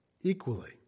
equally